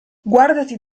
guardati